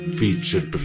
featured